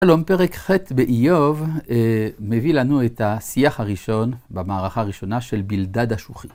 שלום, פרק ח' באיוב מביא לנו את השיח הראשון במערכה הראשונה של בלדד השוחי.